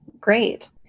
great